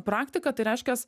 praktika tai reiškias